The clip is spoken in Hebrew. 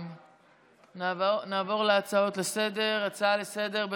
נעבור להצעות לסדר-היום בנושא: